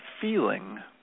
feeling